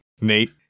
Nate